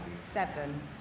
seven